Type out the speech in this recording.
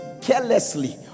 carelessly